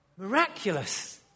Miraculous